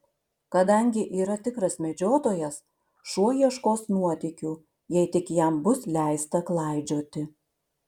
kadangi yra tikras medžiotojas šuo ieškos nuotykių jei tik jam bus leista klaidžioti